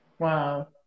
Wow